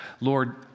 Lord